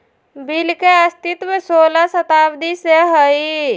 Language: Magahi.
बिल के अस्तित्व सोलह शताब्दी से हइ